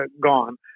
gone